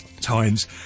Times